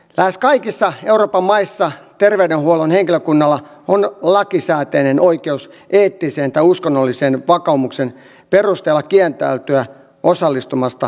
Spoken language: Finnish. lähes kaikissa euroopan maissa terveydenhuollon henkilökunnalla on lakisääteinen oikeus eettisen tai uskonnollisen vakaumuksen perusteella kieltäytyä osallistumasta raskaudenkeskeytyksiin